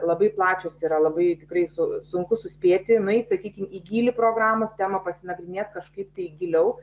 labai plačios yra labai tikrai su sunku suspėti nueit sakykim į gylį programos temą pasinagrinėt kažkaip tai giliau